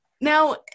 now